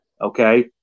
okay